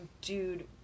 dude